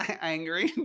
angry